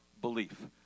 belief